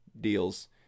deals